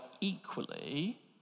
equally